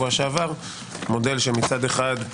מודל שמצד אחד,